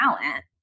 talent